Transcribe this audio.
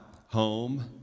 home